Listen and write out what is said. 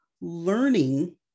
learning